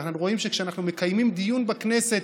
ואנחנו רואים שכשאנחנו מקיימים דיון בכנסת,